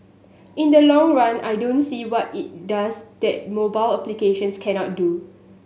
in the long run I don't see what it does that mobile applications cannot do